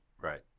right